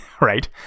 right